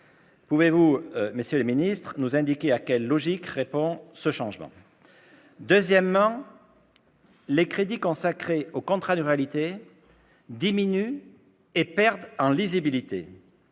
pouvez-vous nous indiquer à quelle logique répond ce changement ? Deuxièmement, les crédits consacrés aux contrats de ruralité diminuent et perdent en lisibilité.